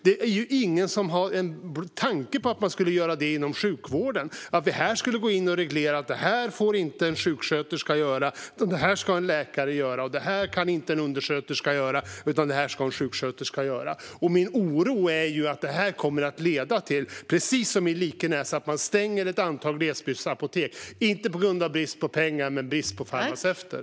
Det är ingen som har en tanke på att man skulle detta inom sjukvården - att vi skulle gå in och reglera: Det här får en sjuksköterska inte göra, det här ska en läkare göra och det här kan inte en undersköterska göra, utan det ska göras av en sjuksköterska. Min oro är att detta precis som i Likenäs kommer att leda till att man stänger ett antal glesbygdsapotek, inte på grund av brist på pengar men på grund av brist på farmaceuter.